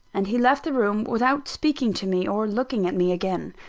and he left the room without speaking to me, or looking at me again.